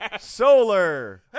solar